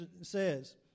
says